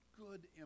good